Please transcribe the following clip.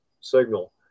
signal